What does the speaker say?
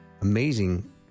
amazing